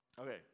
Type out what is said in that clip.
Okay